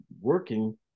working